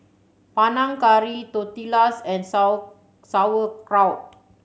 Panang Curry Tortillas and Sauerkraut